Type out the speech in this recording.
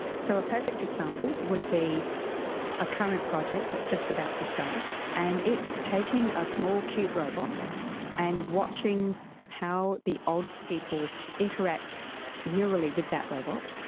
so a perfect example would be a current project that's just about to start, and it's taking a small cute robot and watching how the old people interact neurally with that robot,